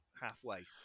halfway